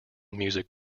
music